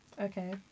Okay